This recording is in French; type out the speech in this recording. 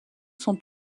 sont